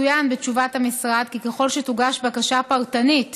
צוין בתשובת המשרד כי ככל שתוגש בקשה פרטנית